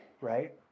Right